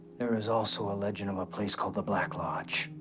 there is also a legend of a place called the black lodge.